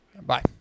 Bye